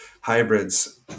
hybrids